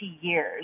years